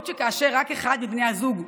כאשר רק אחד מבני הזוג עובד,